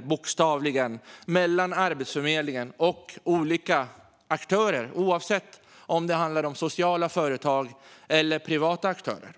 bokstavligen bollar personer mellan Arbetsförmedlingen och olika aktörer, oavsett om det handlar om sociala företag eller om privata aktörer.